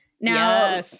Now